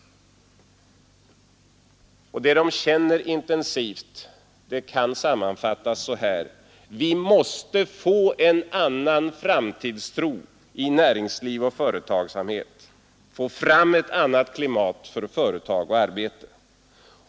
Och det som de känner intensivt kan sammanfattas så här: Vi måste få en annan framtidstro i näringsliv och företagssamhet, få fram ett annat klimat för företag och arbete.